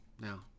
now